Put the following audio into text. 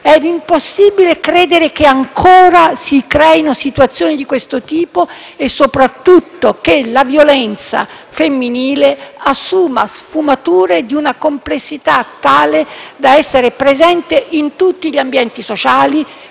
è impossibile credere che ancora si creino situazioni di questo tipo e, soprattutto, che la violenza femminile assuma sfumature di una complessità tale da essere presente in tutti gli ambienti sociali,